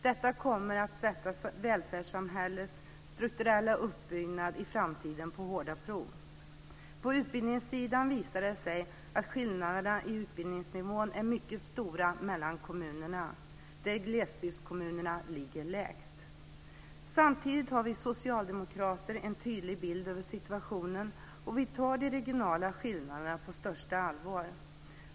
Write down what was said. Detta kommer att sätta välfärdssamhällets strukturella uppbyggnad i framtiden på hårda prov. På utbildningssidan visar det sig att skillnaderna i utbildningsnivå är mycket stora mellan kommunerna, och det är glesbygdskommunerna som ligger lägst. Samtidigt har vi socialdemokrater en tydlig bild av situationen, och vi tar de regionala skillnaderna på största allvar.